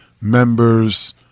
members